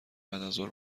بعدازظهر